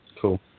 Cool